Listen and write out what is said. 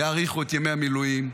יאריכו את ימי המילואים.